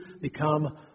become